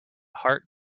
heart